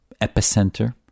epicenter